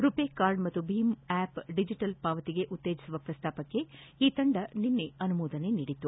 ರುಪೆ card ಮತ್ತು ಭೀಮ್ app digital ಪಾವತಿಗೆ ಉತ್ತೇಜಿಸುವ ಪ್ರಸ್ತಾವಕ್ಕೆ ಈ ತಂಡ ನಿನ್ನೆ ಅನುಮೋದನೆ ನೀಡಿತ್ತು